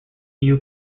eau